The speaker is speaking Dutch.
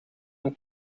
een